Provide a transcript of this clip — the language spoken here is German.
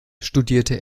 studierte